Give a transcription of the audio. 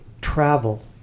travel